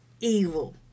evil